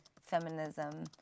feminism